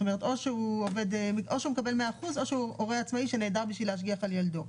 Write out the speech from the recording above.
או שהוא מקבל 100% או שהוא הורה עצמאי שנעדר כדי להשגיח על ילדו.